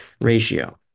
ratio